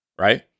right